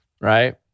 Right